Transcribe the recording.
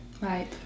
Right